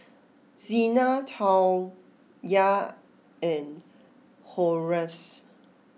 Zina Tawnya and Horace